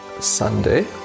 Sunday